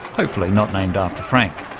hopefully not named after frank.